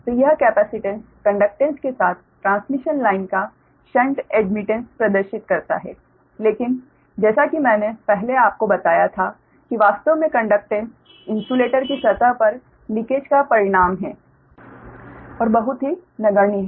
तो यह capacitance conductance के साथ ट्रांसमिशन लाइन का शंट एडमिटेन्स प्रदर्शित करता है लेकिन जैसा कि मैंने आपको पहले बताया था कि वास्तव में कंडकटेन्स इन्सुलेटर की सतह पर लीकेज का परिणाम है और बहुत ही नगण्य है